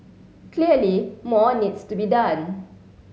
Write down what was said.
clearly more needs to be done